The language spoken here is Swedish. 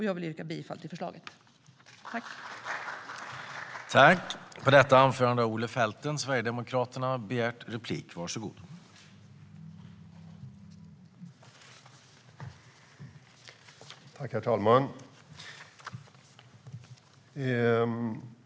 Jag yrkar bifall till förslaget i betänkandet.